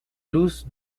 luz